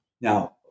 Now